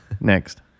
next